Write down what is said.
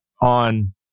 on